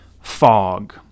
fog